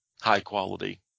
high-quality